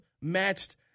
matched